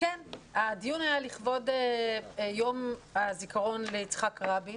הדיון היה לכבוד יום הזיכרון ליצחק רבין